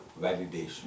Validation